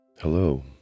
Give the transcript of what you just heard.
Hello